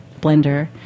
blender